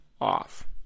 off